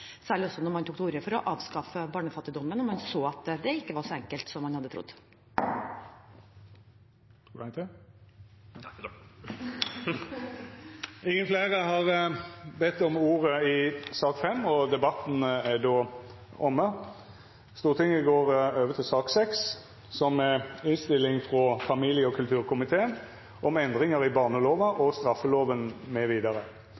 når man tok til orde for å avskaffe barnefattigdommen, og man så at det ikke var så enkelt som man hadde trodd. Replikkordskiftet er omme. Flere har ikke bedt om ordet til sak nr. 5. Etter ønske frå familie- og kulturkomiteen vil presidenten føreslå at taletida vert avgrensa til